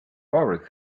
boris